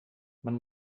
man